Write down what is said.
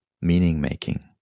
meaning-making